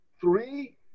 three